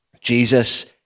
Jesus